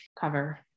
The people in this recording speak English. cover